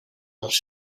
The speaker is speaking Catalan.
els